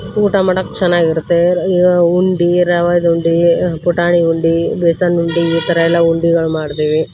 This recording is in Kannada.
ಊಟ ಮಾಡಕ್ಕೆ ಚೆನ್ನಾಗಿರುತ್ತೆ ಉಂಡಿ ರವದ ಉಂಡಿ ಪುಟಾಣಿ ಉಂಡಿ ಬೇಸನ್ ಉಂಡಿ ಈ ಥರ ಎಲ್ಲ ಉಂಡಿಗಳು ಮಾಡ್ತೀವಿ